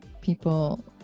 people